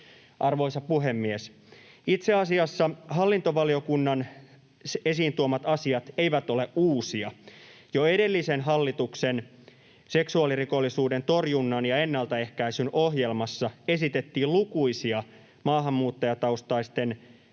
Arvoisa puhemies! Itse asiassa hallintovaliokunnan esiin tuomat asiat eivät ole uusia. Jo edellisen hallituksen seksuaalirikollisuuden torjunnan ja ennaltaehkäisyn ohjelmassa esitettiin lukuisia maahanmuuttajataustaisten